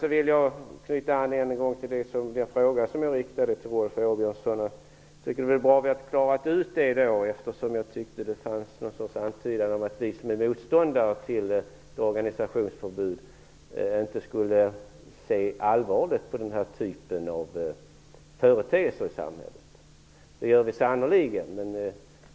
Jag vill än en gång knyta an till den fråga som jag riktade till Rolf Åbjörnsson. Det är bra att vi har klarat ut detta, eftersom jag tyckte att det fanns någon sorts antydan till att vi som är motståndare till ett organisationsförbud inte skulle se allvarligt på den här typen av företeelser i samhället. Det gör vi sannerligen.